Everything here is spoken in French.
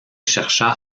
chercha